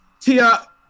Tia